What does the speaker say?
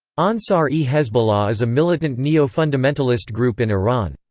ansar-e-hezbollah is a militant neo-fundamentalist group in iran.